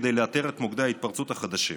כדי לאתר את מוקדי ההתפרצות החדשים.